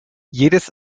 jedes